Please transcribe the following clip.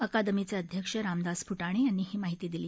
अकादमीचे अध्यक्ष रामदास फूटाणे यांनी ही माहिती दिली